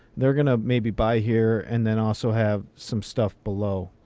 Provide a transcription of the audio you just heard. they're going to maybe buy here and then also have some stuff below.